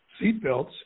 seatbelts